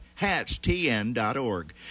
HATSTN.org